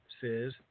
says